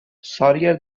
sorrier